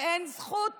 אין זכות